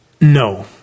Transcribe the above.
No